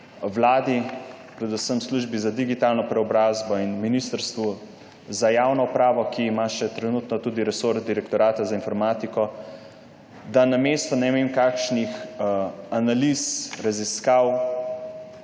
Vladi, predvsem Službi za digitalno preobrazbo in Ministrstvu za javno upravo, ki ima trenutno tudi resor Direktorata za informatiko, da namesto ne vem kakšnih analiz, raziskav